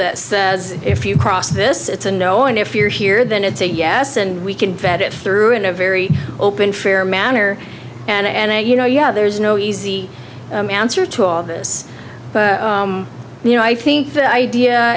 that says if you cross this it's a no and if you're here then it's a yes and we can vet it through in a very open fair manner and you know yeah there's no easy answer to all this but you know i think the idea